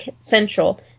Central